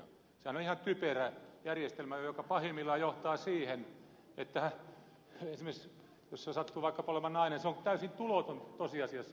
sehän on ihan typerä järjestelmä joka pahimmillaan johtaa siihen että jos esimerkiksi toinen sattuu vaikkapa olemaan nainen hän on täysin tuloton tosiasiassa elämässä